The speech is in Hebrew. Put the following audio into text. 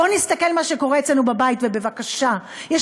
בואו נסתכל מה קורה אצלנו בבית.